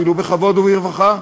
אפילו בכבוד וברווחה,